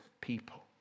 people